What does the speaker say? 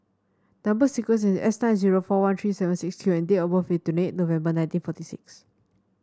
number sequence is S nine zero four one three seven six Q and date of birth is twenty eight November nineteen forty six